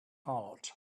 heart